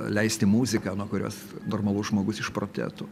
leisti muziką nuo kurios normalus žmogus išprotėtų